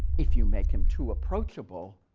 if you make him too approachable,